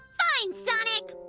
fine, sonic!